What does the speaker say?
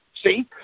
See